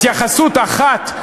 התייחסות אחת,